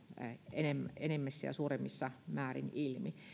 enemmässä enemmässä ja suuremmassa määrin ilmi